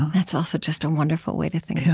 that's also just a wonderful way to think